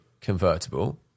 convertible